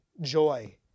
joy